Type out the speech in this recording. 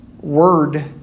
Word